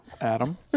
Adam